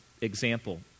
example